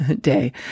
Day